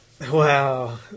Wow